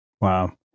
Wow